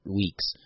weeks